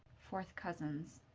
fourth cousins.